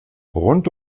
rund